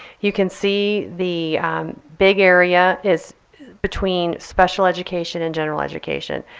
you can see the big area is between special education and general education.